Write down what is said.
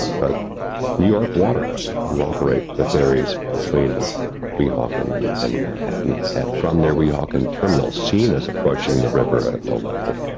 but new york water by law operate, the ferries between weehawken and manhattan had from their weehawken terminal, seen us approaching the river at low level.